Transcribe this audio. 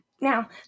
Now